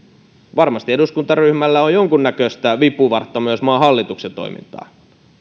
varmasti eduskuntaryhmällä on jonkunnäköistä vipuvartta myös maan hallituksen toimintaan